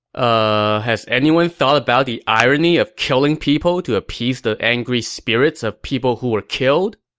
ah, has anyone thought about the irony of killing people to appease the angry spirits of people who were killed?